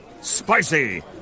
Spicy